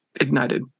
ignited